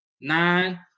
Nine